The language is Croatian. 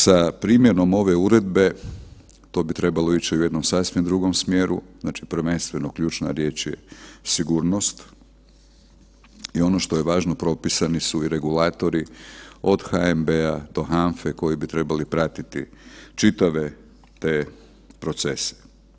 Sa primjenom ove uredbe, to bi trebalo ići u jednom sasvim drugom smjeru, znači prvenstveno ključna riječ je sigurnost i ono što je važno, propisani su i regulatori od HNB-a do HANFA-e koji bi trebali pratiti čitave te procese.